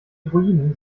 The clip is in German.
druiden